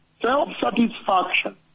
self-satisfaction